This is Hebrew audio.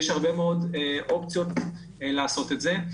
יש הרבה מאוד אופציות לעשות את זה.